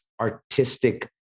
artistic